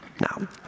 Now